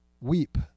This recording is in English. weep